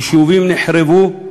יישובים נחרבו,